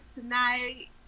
tonight